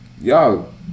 Y'all